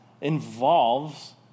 involves